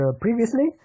previously